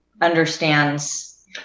understands